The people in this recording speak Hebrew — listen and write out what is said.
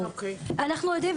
אנחנו יודעים,